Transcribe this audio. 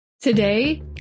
Today